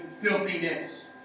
filthiness